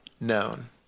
known